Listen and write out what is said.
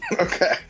Okay